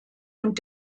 und